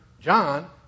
John